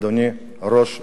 אדוני ראש הממשלה,